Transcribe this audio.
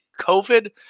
COVID